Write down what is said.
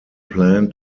plan